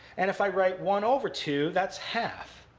and if i write one over two, that's half.